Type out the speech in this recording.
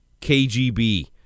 KGB